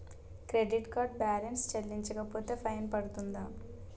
Credit card balance చెల్లించకపోతే fine పడ్తుంద?